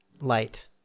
light